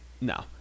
no